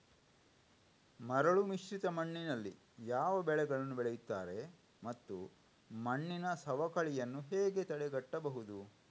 ಮರಳುಮಿಶ್ರಿತ ಮಣ್ಣಿನಲ್ಲಿ ಯಾವ ಬೆಳೆಗಳನ್ನು ಬೆಳೆಯುತ್ತಾರೆ ಮತ್ತು ಮಣ್ಣಿನ ಸವಕಳಿಯನ್ನು ಹೇಗೆ ತಡೆಗಟ್ಟಬಹುದು?